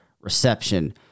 reception